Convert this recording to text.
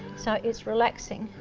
so it's relaxing.